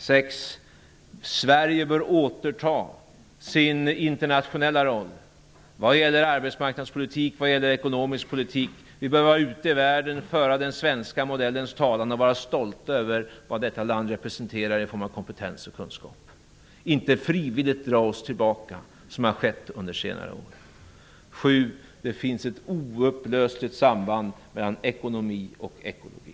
6.Sverige bör återta sin internationella roll vad gäller arbetsmarknadspolitiken och den ekonomiska politiken. Vi bör vara ute i världen, föra den svenska modellens talan och vara stolta över vad detta land representerar i form av kompetens och kunskap. Vi skall inte frivilligt dra oss tillbaka, som har skett under senare år. 7.Det finns ett oupplösligt samband mellan ekonomi och ekologi.